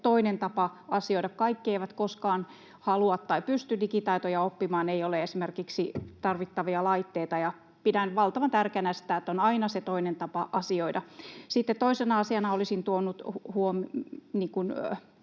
toinen tapa asioida. Kaikki eivät koskaan halua tai pysty digitaitoja oppimaan, ei ole esimerkiksi tarvittavia laitteita. Pidän valtavan tärkeänä sitä, että on aina se toinen tapa asioida. Sitten toisena asiana olisin tuonut